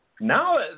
Now